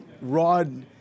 Rod